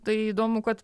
tai įdomu kad